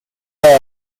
four